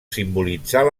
simbolitzar